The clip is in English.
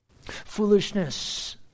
Foolishness